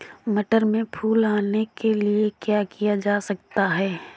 मटर में फूल आने के लिए क्या किया जा सकता है?